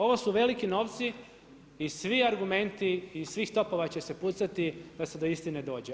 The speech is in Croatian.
Ovo su veliki novci i svi argumenti iz svih topova će se pucati da se do istine dođe.